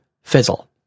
fizzle